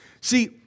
See